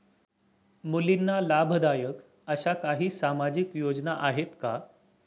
मुलींना लाभदायक अशा काही सामाजिक योजना आहेत का?